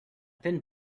thin